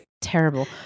Terrible